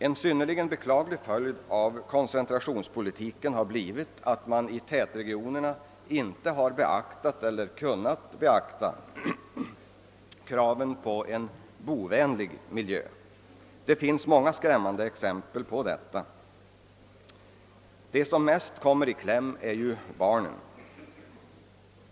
En synnerligen beklaglig följd av koncentrationspolitiken har blivit att man i tätregionerna inte har beaktat eller kunnat beakta kraven på en bovänlig miljö. Det finns många skrämmande exempel på detta. De som mest kommer i kläm är barnen.